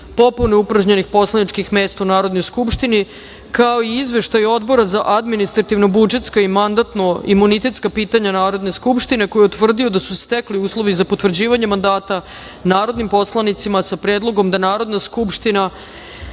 popune upražnjenih poslaničkih mesta u Narodnoj skupštini, kao i izveštaj Odbora za administrativno-budžetska i mandatno-imunitetska pitanja Narodne skupštine, koji je utvrdio da su se stekli uslovi za potvrđivanje mandata narodnim poslanicima, sa predlogom da Narodna skupština